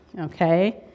Okay